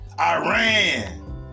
Iran